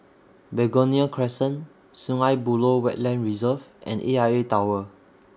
Begonia Crescent Sungei Buloh Wetland Reserve and A I A Tower